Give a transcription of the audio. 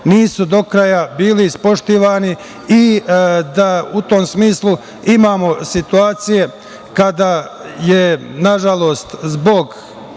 nisu do kraja bili ispoštovani i u tom smislu imamo situacije kada je nažalost zbog